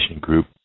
group